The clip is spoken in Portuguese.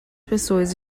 pessoas